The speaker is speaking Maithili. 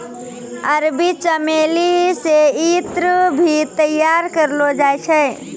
अरबी चमेली से ईत्र भी तैयार करलो जाय छै